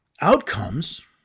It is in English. Outcomes